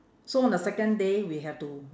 so on the second day we have to